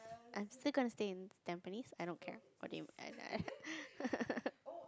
I'm still going to stay in Tampines I don't care what do you